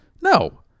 No